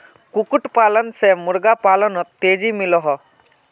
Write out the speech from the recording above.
कुक्कुट पालन से मुर्गा पालानोत तेज़ी मिलोहो